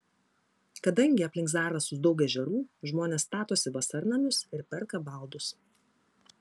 kadangi aplink zarasus daug ežerų žmonės statosi vasarnamius ir perka baldus